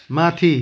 माथि